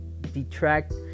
detract